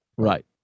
Right